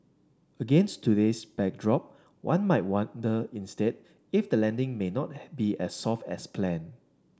against today's backdrop one might wonder instead if the landing may not had be as soft as planned